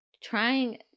trying